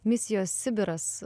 misijos sibiras